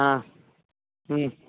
ஆ ம்